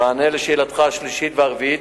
3 4. במענה על שאלותיך השלישית והרביעית,